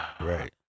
Right